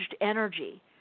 energy